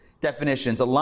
definitions